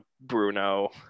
Bruno